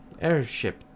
Airship